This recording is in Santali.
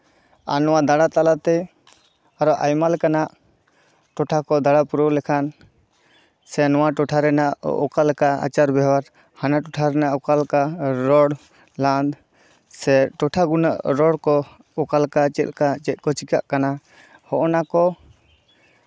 ᱟᱨ ᱱᱚᱣᱟ ᱫᱟᱬᱟ ᱛᱟᱞᱟᱛᱮ ᱟᱨᱚ ᱟᱭᱢᱟ ᱞᱮᱠᱟᱱᱟᱜ ᱴᱚᱴᱷᱟ ᱠᱚ ᱫᱟᱬᱟ ᱯᱩᱨᱟᱹᱣ ᱞᱮᱠᱷᱟᱱ ᱥᱮ ᱱᱚᱣᱟ ᱴᱚᱴᱷᱟ ᱨᱮᱱᱟᱜ ᱚᱠᱟ ᱞᱮᱠᱟ ᱟᱪᱟᱨ ᱵᱮᱣᱦᱟᱨ ᱦᱟᱱᱟ ᱴᱚᱴᱷᱟ ᱨᱮᱱᱟᱜ ᱚᱠᱟ ᱞᱮᱠᱟ ᱨᱚᱲ ᱞᱟᱸᱫᱽ ᱥᱮ ᱴᱚᱴᱷᱟ ᱜᱩᱱᱟᱹᱜ ᱨᱚᱲ ᱠᱚ ᱚᱠᱟ ᱞᱮᱠᱟ ᱪᱮᱫ ᱠᱟ ᱪᱮᱫ ᱠᱚ ᱪᱤᱠᱟᱹᱜ ᱠᱟᱱᱟ ᱦᱚᱸᱜᱼᱚ ᱱᱟ ᱠᱚ